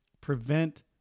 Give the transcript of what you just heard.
prevent